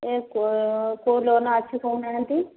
ଏ କୋଉ ଲୋନ୍ ଅଛି କହୁନାହାନ୍ତି